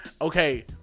Okay